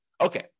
Okay